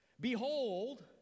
Behold